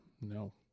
No